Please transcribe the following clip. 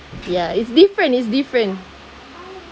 ya it's different it's different